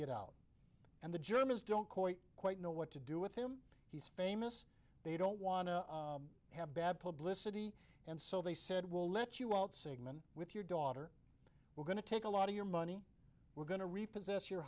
get out and the germans don't quite know what to do with him he's famous they don't want to have bad publicity and so they said we'll let you waltz segment with your daughter we're going to take a lot of your money we're going to repossess your